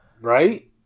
Right